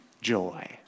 joy